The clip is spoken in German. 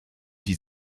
die